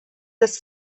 das